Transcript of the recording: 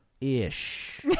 ish